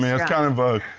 it's kind of a,